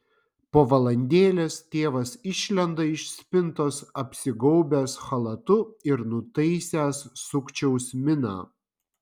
po valandėlės tėvas išlenda iš spintos apsigaubęs chalatu ir nutaisęs sukčiaus miną